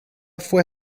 fue